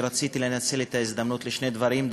אני רציתי לנצל את ההזדמנות לשני דברים.